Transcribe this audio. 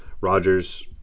rogers